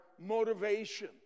motivation